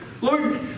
Lord